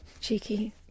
cheeky